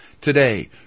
today